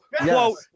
quote